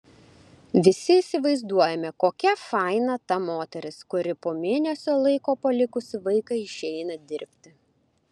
visi įsivaizduojame kokia faina ta moteris kuri po mėnesio laiko palikusi vaiką išeina dirbti